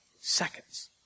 seconds